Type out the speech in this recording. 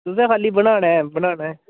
तुसें खा'ल्ली बनाना ऐ बनाना ऐ